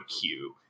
cue